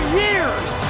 years